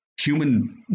human